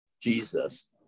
Jesus